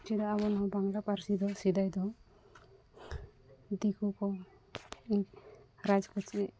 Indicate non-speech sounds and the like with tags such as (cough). (unintelligible) ᱵᱟᱝᱞᱟ ᱯᱟᱹᱨᱥᱤ ᱫᱚ ᱥᱮᱫᱟᱭ ᱫᱚ ᱫᱤᱠᱩ ᱠᱚ ᱨᱟᱡᱽ ᱠᱚ ᱥᱮ